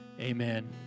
amen